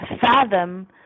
fathom